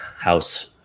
house